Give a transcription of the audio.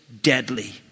deadly